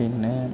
പിന്നെ